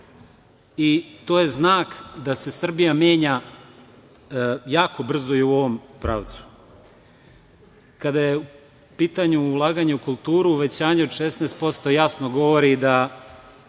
i to je znak da se Srbija menja jako brzo i u ovom pravcu. Kada je u pitanju ulaganje u kulturu uvećanje od 16% jasno govori da